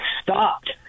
stopped